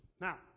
Now